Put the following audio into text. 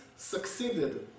succeeded